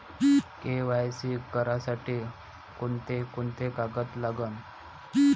KYC करासाठी कोंते कोंते कागद लागन?